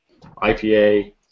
IPA